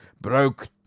broke